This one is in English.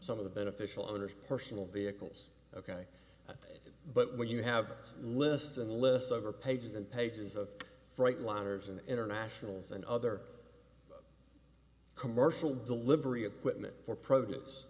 some of the beneficial owner's personal vehicles ok but when you have lists and lists over pages and pages of fright liners and internationals and other commercial delivery appointment for produce